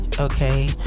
Okay